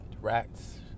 rats